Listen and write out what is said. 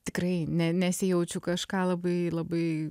tikrai ne nesijaučiu kažką labai labai